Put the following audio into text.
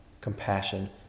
compassion